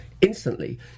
instantly